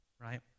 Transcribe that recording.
right